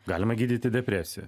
galima gydyti depresiją